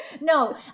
No